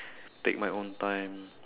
take my own time